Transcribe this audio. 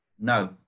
No